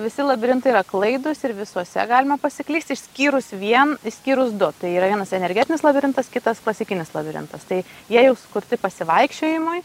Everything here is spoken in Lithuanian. visi labirintai yra klaidūs ir visuose galima pasiklyst išskyrus vien išskyrus du tai yra vienas energetinis labirintas kitas klasikinis labirintas tai jie jau sukurti pasivaikščiojimui